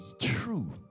True